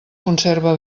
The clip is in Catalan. conserve